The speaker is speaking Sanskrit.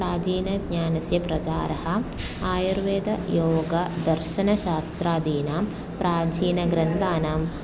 प्राचीनज्ञानस्य प्रचारः आयुर्वेदयोगदर्शनशास्त्रादीनां प्राचीनग्रन्थानां